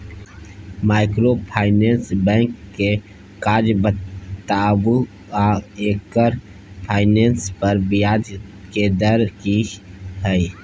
Microfinance bank के काज बताबू आ एकर फाइनेंस पर ब्याज के दर की इ?